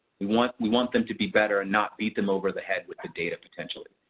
we want we want them to be better and not beat them over the head with data potential.